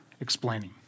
explaining